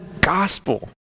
gospel